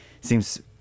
seems